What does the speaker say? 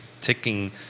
ticking